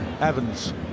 Evans